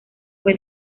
fue